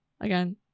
again